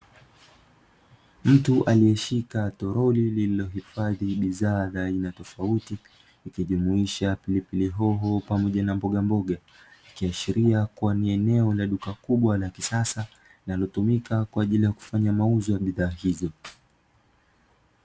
Mtu aliyeshika torori lililohifadhi bidhaa za aina tofauti, ikijumuisha pilipili hoho pamoja na mbogamboga, ikiashiria kuwa ni eneo la duka kubwa la kisasa linalotumika kwa ajili ya kufanya mauzo ya bidhaa hizo.